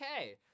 Okay